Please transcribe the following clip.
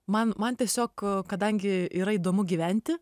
man man tiesiog kadangi yra įdomu gyventi